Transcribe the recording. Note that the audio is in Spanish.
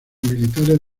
militares